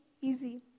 easy